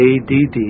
A-D-D